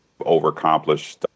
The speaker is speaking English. overaccomplished